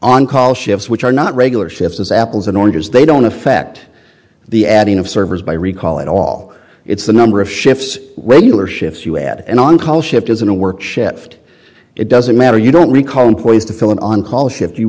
on call shift which are not regular shifts as apples and oranges they don't affect the adding of servers by recall at all it's the number of shifts regular shifts you add an on call shift as in a work shift it doesn't matter you don't recall employees to fill in on call shift you